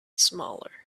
smaller